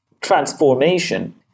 transformation